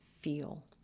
feel